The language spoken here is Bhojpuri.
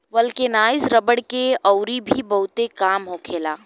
वल्केनाइज रबड़ के अउरी भी बहुते काम होखेला